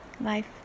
life